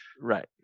Right